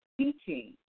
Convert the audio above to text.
teaching